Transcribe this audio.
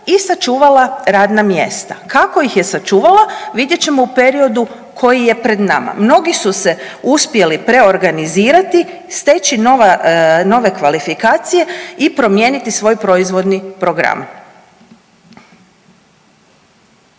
i sačuvala radna mjesta. Kako ih je sačuvala vidjet ćemo u periodu koji je pred nama. Mnogi su se uspjeli preorganizirati steći nove kvalifikacije i promijeniti svoj proizvodni program.